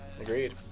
Agreed